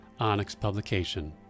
Onyxpublication